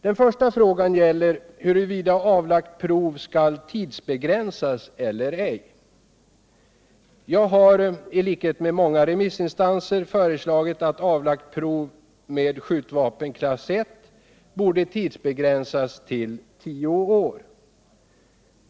Den första frågan gäller huruvida avlagt prov skall tidsbegränsas eller ej. Jag har i likhet med många remissinstanser föreslagit att avlagt prov med skjutvapen klass 1 borde tidsbegränsas till tio år.